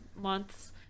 months